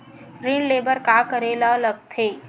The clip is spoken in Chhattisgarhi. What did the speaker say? ऋण ले बर का करे ला लगथे?